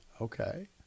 Okay